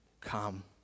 come